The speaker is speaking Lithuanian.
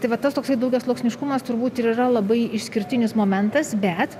tai va tas toksai daugiasluoksniškumas turbūt ir yra labai išskirtinis momentas bet